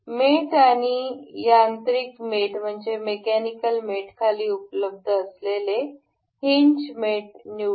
मेट आणि यांत्रिक मेटखाली उपलब्ध असलेले हिनज मेट निवडू